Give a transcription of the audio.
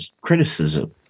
criticism